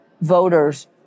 voters